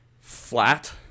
flat